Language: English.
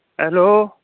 hello